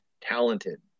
talented